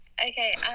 Okay